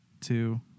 two